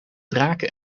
draken